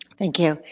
thank you.